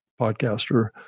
podcaster